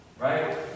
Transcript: right